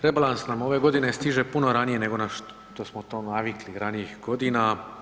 Rebalans nam ove godine stiže puno ranije nego na što smo to navikli ranijih godina.